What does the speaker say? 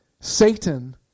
Satan